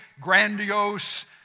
grandiose